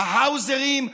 ההאוזרים,